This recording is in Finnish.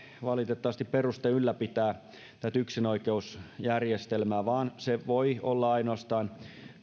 valitettavasti peruste ylläpitää tätä yksinoikeusjärjestelmää vaan se voi olla ainoastaan